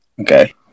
Okay